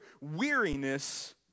weariness